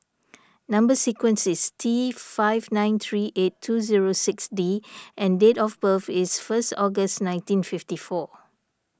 Number Sequence is T five nine three eight two zero six D and date of birth is first August nineteen fifty four